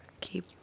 keep